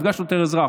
מפגש שוטר אזרח,